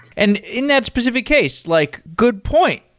and in that specific case, like good point.